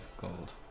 Gold